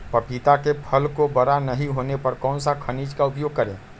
पपीता के फल को बड़ा नहीं होने पर कौन सा खनिज का उपयोग करें?